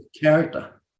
character